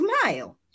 smile